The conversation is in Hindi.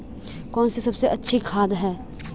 कौन सी सबसे अच्छी खाद है?